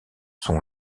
son